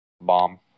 Bomb